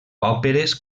òperes